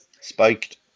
spiked